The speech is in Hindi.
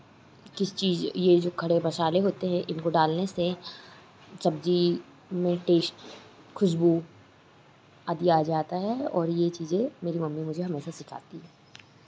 किस चीज़ ये जो खरे मसाले होते हैं इनको डालने से सब्ज़ी में टेस्ट खुशबू आदि आ जाता है और ये चीज़ें मेरी मम्मी मुझे हमेशा सिखाती है